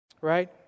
Right